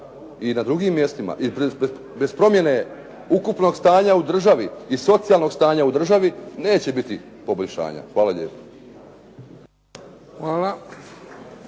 i na drugim mjestima. I bez promjene ukupnog stanja u državi i socijalnog stanja u državi neće biti poboljšanja. Hvala lijepo.